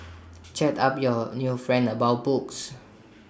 chat up your new friend about books